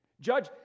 Judge